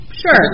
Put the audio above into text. sure